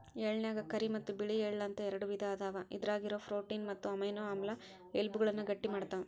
ಎಳ್ಳನ್ಯಾಗ ಕರಿ ಮತ್ತ್ ಬಿಳಿ ಎಳ್ಳ ಅಂತ ಎರಡು ವಿಧ ಅದಾವ, ಇದ್ರಾಗಿರೋ ಪ್ರೋಟೇನ್ ಮತ್ತು ಅಮೈನೋ ಆಮ್ಲ ಎಲಬುಗಳನ್ನ ಗಟ್ಟಿಮಾಡ್ತಾವ